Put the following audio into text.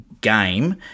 game